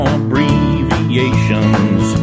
abbreviations